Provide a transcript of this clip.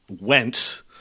went